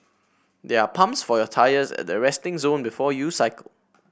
there are pumps for your tyres at the resting zone before you cycle